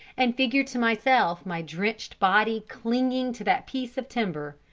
and figure to myself my drenched body clinging to that piece of timber,